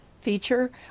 feature